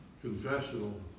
confessional